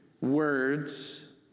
words